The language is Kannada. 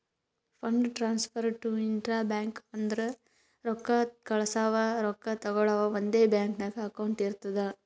fund transfer to intra bank ಅಂದುರ್ ರೊಕ್ಕಾ ಕಳ್ಸವಾ ರೊಕ್ಕಾ ತಗೊಳವ್ ಒಂದೇ ಬ್ಯಾಂಕ್ ನಾಗ್ ಅಕೌಂಟ್ ಇರ್ತುದ್